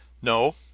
no,